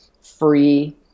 free